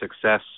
success